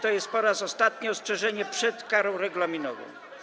to jest po raz ostatni ostrzeżenie przed karą regulaminową.